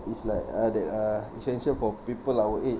it's like uh that are essential for people our age